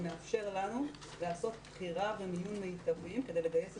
זה מאפשר לנו לעשות בחירה ומיון מיטביים כדי לגייס את